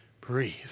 breathe